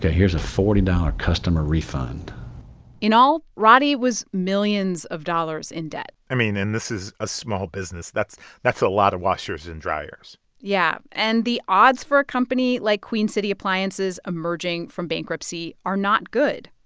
here's a forty dollars customer refund in all, roddey was millions of dollars in debt i mean and this is a small business. that's that's a lot of washers and dryers yeah, and the odds for a company like queen city appliances emerging from bankruptcy are not good.